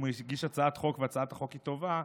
אם הוא הגיש הצעת חוק והצעת החוק היא טובה,